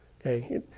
Okay